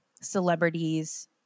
celebrities